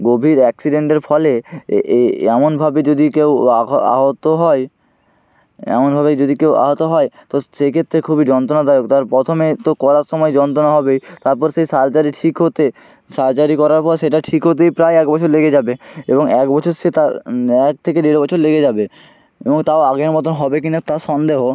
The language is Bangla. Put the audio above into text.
গভীর অ্যাক্সিডেন্টের ফলে এমনভাবে যদি কেউ আহত হয় এমনভাবে যদি কেউ আহত হয় তো সেই ক্ষেত্রে খুবই যন্ত্রণাদায়ক তার প্রথমে তো করার সময়ে যন্ত্রণা হবেই তারপর সে সার্জারি ঠিক হতে সার্জারি করার পর সেটা ঠিক হতেই প্রায় এক বছর লেগে যাবে এবং এক বছর সে তার এক থেকে দেড় বছর লেগে যাবে এবং তাও আগের মতোন হবে কি না তা সন্দেহ